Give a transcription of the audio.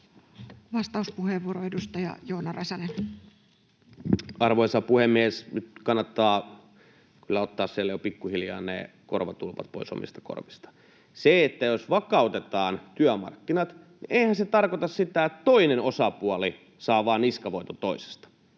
työmarkkinakaaoksesta Time: 21:35 Content: Arvoisa puhemies! Nyt kannattaa kyllä ottaa siellä jo pikkuhiljaa ne korvatulpat pois omista korvista. Jos vakautetaan työmarkkinat, niin eihän se tarkoita sitä, että vain toinen osapuoli saa niskavoiton toisesta,